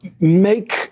make